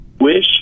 wish